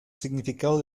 significado